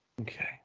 Okay